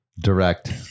Direct